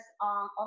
on